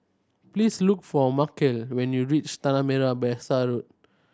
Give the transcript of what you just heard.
please look for Markell when you reach Tanah Merah Besar Road